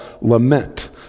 lament